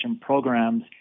programs